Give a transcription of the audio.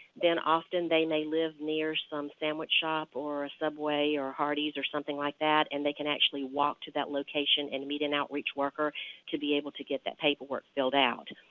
then often they may live near some sandwich shop or subway or hardee's or something like that and they can actually walk to that location and meet an outreach worker to be able to get that paperwork filled out.